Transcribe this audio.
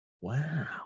Wow